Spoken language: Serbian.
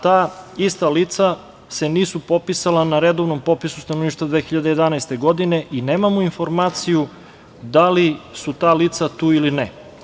Ta ista lica se nisu popisala na redovnom popisu stanovništva 2011. godine i nemamo informaciju da li su ta lica tu ili ne.